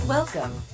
Welcome